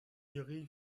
jury